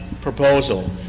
proposal